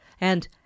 and